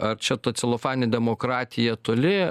ar čia celofaninė demokratija toli